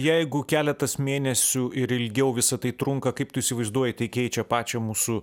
jeigu keletas mėnesių ir ilgiau visa tai trunka kaip tu įsivaizduoji tai keičia pačią mūsų